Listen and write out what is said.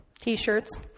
t-shirts